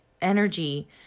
energy